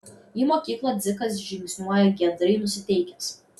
į mokyklą dzikas žingsniuoja giedrai nusiteikęs